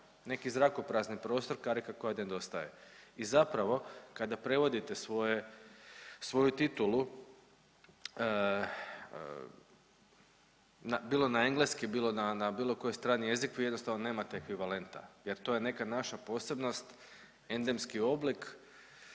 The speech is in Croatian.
neki zrakoprazni prostor, karika koja nedostaje. I zapravo kada prevodite svoje, svoju titulu bilo na engleski, bilo na, na bilo koji strani jezik vi jednostavno nemate ekvivalenta jer to je neka naša posebnost, endemski oblik,